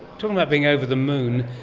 talking about being over the moon,